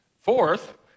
Fourth